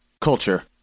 Culture